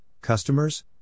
customers